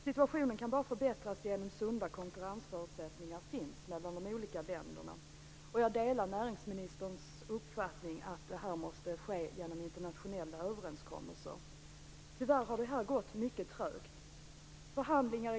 Situationen kan förbättras bara genom att sunda konkurrensförutsättningar finns mellan de olika länderna. Jag delar näringsministerns uppfattning att detta måste ske genom internationella överenskommelser. Tyvärr har det gått mycket trögt.